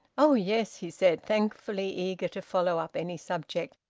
oh yes! he said, thankfully eager to follow up any subject.